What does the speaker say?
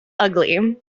ugly